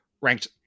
ranked